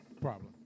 Problem